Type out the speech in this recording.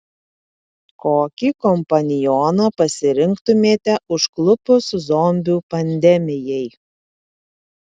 kokį kompanioną pasirinktumėte užklupus zombių pandemijai